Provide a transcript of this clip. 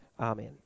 Amen